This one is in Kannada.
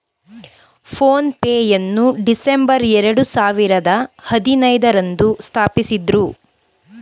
ಫೋನ್ ಪೇ ಯನ್ನು ಡಿಸೆಂಬರ್ ಎರಡು ಸಾವಿರದ ಹದಿನೈದು ರಂದು ಸ್ಥಾಪಿಸಿದ್ದ್ರು